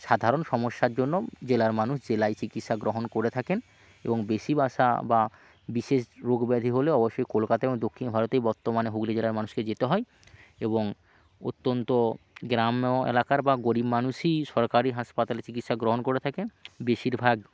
সাধারণ সমস্যার জন্য জেলার মানুষ জেলায় চিকিৎসা গ্রহণ করে থাকেন এবং বেশি বাসা বা বিশেষ রোগ ব্যাধি হলে অবশ্যই কলকাতায় এবং দক্ষিণ ভারতেই বর্তমানে হুগলি জেলার মানুষকে যেতে হয় এবং অত্যন্ত গ্রাম্য এলাকার বা গরিব মানুষই সরকারি হাসপাতালে চিকিৎসা গ্রহণ করে থাকেন বেশিরভাগ